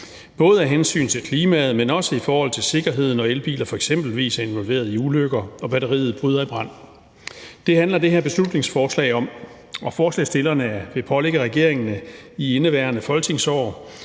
både af hensyn til klimaet, men også i forhold til sikkerheden, når elbiler eksempelvis er involveret i ulykker og batteriet bryder i brand. Det handler det her beslutningsforslag om. Forslagsstillerne vil pålægge regeringen i indeværende folketingsår